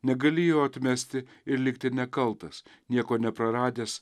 negali jo atmesti ir likti nekaltas nieko nepraradęs